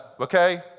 Okay